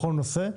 בכל נושא,